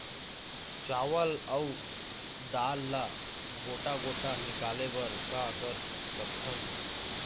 चावल अऊ दाल ला गोटा गोटा निकाले बर का कर सकथन?